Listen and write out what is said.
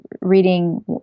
reading